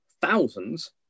thousands